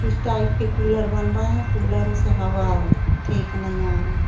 किस टाइप के कूलर बन रहे हैं कूलरों से हवा ठीक नहीं आ रही